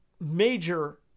major